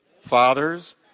fathers